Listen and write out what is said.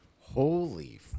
Holy